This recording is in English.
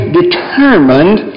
determined